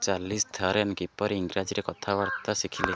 ଚାର୍ଲିସ୍ Theron କିପରି ଇଂରାଜୀରେ କଥାବାର୍ତ୍ତା ଶିଖିଲେ